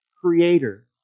creator